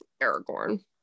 aragorn